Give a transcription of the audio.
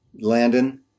Landon